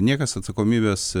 niekas atsakomybės